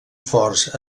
forts